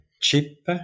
chip